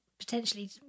potentially